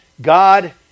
God